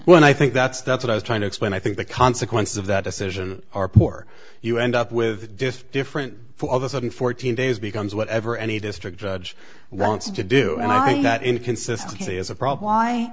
when i think that's that's what i was trying to explain i think the consequences of that decision are more you end up with just different for all the sudden fourteen days becomes whatever any district judge wants to do and i think that inconsistency is a pro